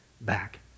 back